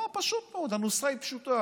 אמר פשוט מאוד: הנוסחה היא פשוטה,